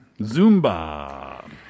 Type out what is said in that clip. Zumba